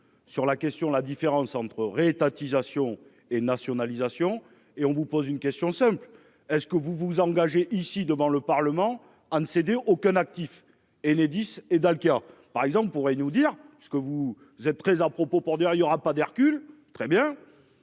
sur la question. La différence entre re-étatisation et nationalisation et on vous pose une question simple, est-ce que vous vous engagez ici devant le Parlement à ne céder aucun actif. Enedis et Dalkia par exemple pourrait nous dire ce que vous vous êtes très à propos pour dire, il y aura pas d'Hercule. Très bien.